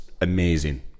amazing